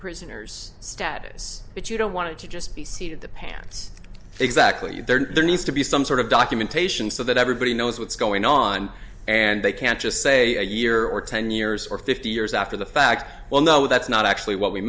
prisoner's status but you don't want to just be seated the pants exactly there needs to be some sort of documentation so that everybody knows what's going on and they can't just say a year or ten years or fifty years after the fact well no that's not actually what we